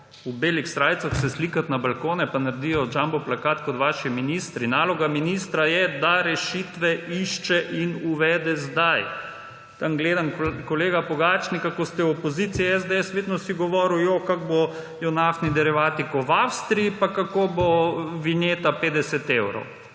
V belih srajcah se slikati na balkone pa naredijo jumboplakat kot vaši ministri? Naloga ministra je, da rešitve išče in uvede sedaj. Tam gledam kolega Pogačnika. Ko ste SDS v opoziciji, vedno si govoril, kako bodo naftni derivati kot v Avstriji in kako bo vinjeta 50 evrov.